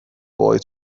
boy